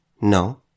No